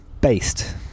based